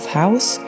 house